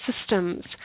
systems